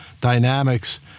dynamics